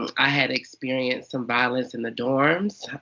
i had experienced some violence in the dorms.